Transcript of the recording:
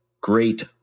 great